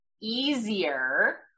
easier